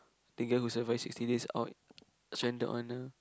the guy who survive sixty days out stranded on a